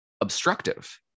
obstructive